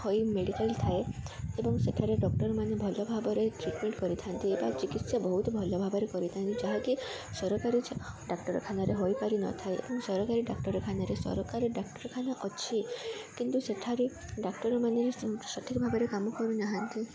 ହୋଇ ମେଡ଼ିକାଲ ଥାଏ ଏବଂ ସେଠାରେ ଡକ୍ଟରମାନେ ଭଲ ଭାବରେ ଟ୍ରିଟ୍ମେଣ୍ଟ କରିଥାନ୍ତି ବା ଚିକିତ୍ସା ବହୁତ ଭଲ ଭାବରେ କରିଥାନ୍ତି ଯାହାକି ସରକାରୀ ଡାକ୍ତରଖାନାରେ ହୋଇପାରିନଥାଏ ଏବଂ ସରକାରୀ ଡାକ୍ତରଖାନାରେ ସରକାରୀ ଡାକ୍ତରଖାନା ଅଛି କିନ୍ତୁ ସେଠାରେ ଡାକ୍ତରମାନେ ସଠିକ୍ ଭାବରେ କାମ କରୁନାହାନ୍ତି